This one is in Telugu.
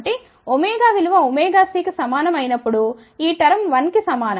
కాబట్టిω విలువ ωc కి సమానం అయినప్పుడు ఈ టర్మ్ 1 కి సమానం